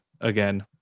again